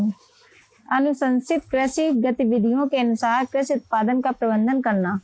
अनुशंसित कृषि गतिविधियों के अनुसार कृषि उत्पादन का प्रबंधन करना